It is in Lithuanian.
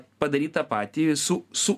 padaryt tą patį su su